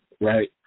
right